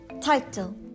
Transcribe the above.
Title